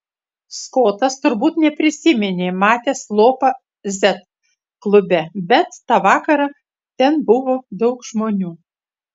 skotas turbūt neprisiminė matęs lopą z klube bet tą vakarą ten buvo daug žmonių